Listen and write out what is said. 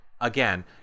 again